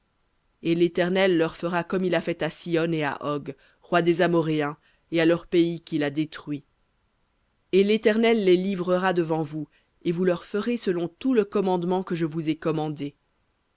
et l'éternel leur fera comme il a fait à sihon et à og rois des amoréens et à leur pays qu'il a détruit et l'éternel les livrera devant vous et vous leur ferez selon tout le commandement que je vous ai commandé